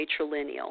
matrilineal